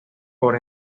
por